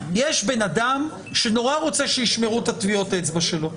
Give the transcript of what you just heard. יש בן אדם שנורא רוצה שישמרו את טביעות האצבע שלו.